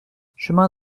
chemin